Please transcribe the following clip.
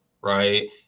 right